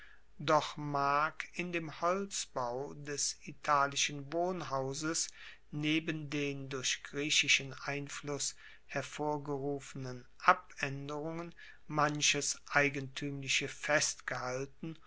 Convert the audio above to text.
doch mag in dem holzbau des italischen wohnhauses neben den durch griechischen einfluss hervorgerufenen abaenderungen manches eigentuemliche festgehalten